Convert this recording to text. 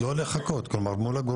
שלא יגידו שזה שטח של מישהו אחר.